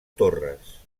torres